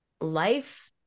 life